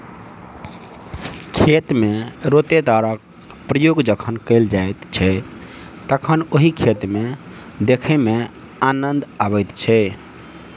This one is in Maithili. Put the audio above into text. खेत मे रोटेटरक प्रयोग जखन कयल जाइत छै तखन ओहि खेत के देखय मे आनन्द अबैत छै